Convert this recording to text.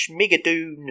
Schmigadoon